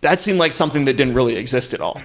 that seemed like something that didn't really exist at all.